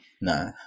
No